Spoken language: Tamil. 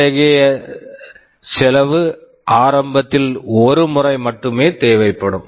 இத்தகைய செலவு ஆரம்பத்தில் ஒரு முறை மட்டுமே தேவைப்படும்